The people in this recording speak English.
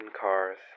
cars